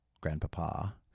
grandpapa